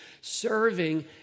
serving